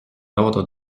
ordre